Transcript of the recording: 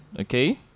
Okay